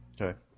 Okay